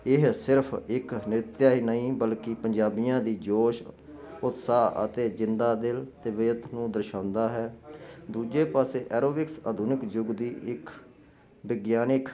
ਇਹ ਸਿਰਫ ਇੱਕ ਨਿਤਿਆ ਹੀ ਨਹੀਂ ਬਲਕਿ ਪੰਜਾਬੀਆਂ ਦੀ ਜੋਸ਼ ਉਤਸਾਹ ਅਤੇ ਜਿੰਦਾ ਦਿਲ ਤਬੀਅਤ ਨੂੰ ਦਰਸ਼ਾਉਂਦਾ ਹੈ ਦੂਜੇ ਪਾਸੇ ਐਰੋਬਿਕਸ ਅਧੁਨਿਕ ਯੁੱਗ ਦੀ ਇੱਕ ਵਿਗਿਆਨਿਕ